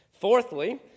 Fourthly